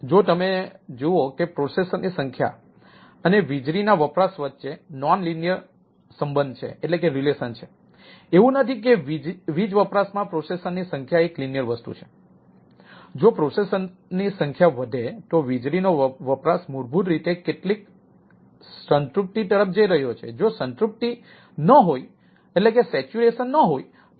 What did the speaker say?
જો તમે જુઓ કે પ્રોસેસર્સ તરફ જઈ રહ્યો છે જો સંતૃપ્તિ ન હોય તો વધારો લિનીઅર પણ નથી